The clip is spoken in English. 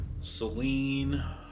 Celine